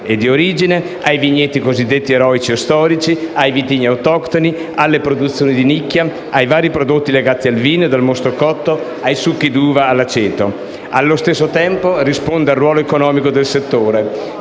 e di origine, ai vigneti cosiddetti eroici e storici, ai vitigni autoctoni, alle produzioni di nicchia, ai vari prodotti legati al vino ed al mosto cotto, ai succhi d'uva, all'aceto. Allo stesso tempo risponde al ruolo economico del settore,